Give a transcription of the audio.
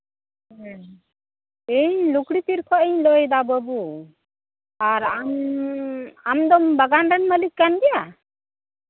ᱤᱧ ᱞᱩᱜᱽᱲᱤᱛᱤᱨ ᱠᱷᱚᱱᱤᱧ ᱞᱟᱹᱭᱫᱟ ᱵᱟᱹᱵᱩ ᱟᱨ ᱟᱢ ᱟᱢᱫᱚ ᱵᱟᱜᱟᱱ ᱨᱮᱱ ᱢᱟᱹᱞᱤᱠ ᱠᱟᱱ ᱜᱮᱭᱟ